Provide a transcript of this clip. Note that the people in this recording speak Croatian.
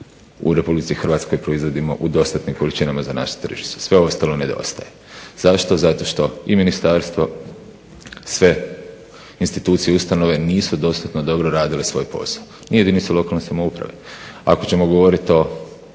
u RH koje proizvodimo u dostatnim količinama za naše tržište sve ostalo nedostaje. Zašto? Zato što i ministarstvo sve institucije i ustanove nisu dostatno dobro radile svoj posao, ni jedinice lokalne samouprave. ako ćemo govoriti o